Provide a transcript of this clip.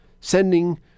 sending